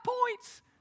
points